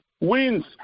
wins